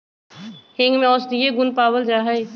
हींग में औषधीय गुण पावल जाहई